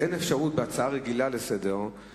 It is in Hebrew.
מבהיר לנו שאין אפשרות בהצעה רגילה לסדר-היום,